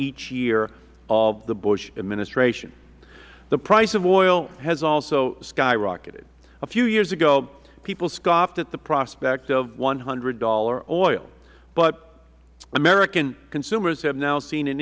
each year of the bush administration the price of oil has also skyrocketed a few years ago people scoffed at the prospect of one hundred dollars oil but american consumers have now seen an